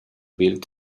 built